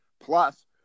Plus